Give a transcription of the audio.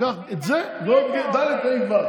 קח את זה ועוד ד', ה', ו'.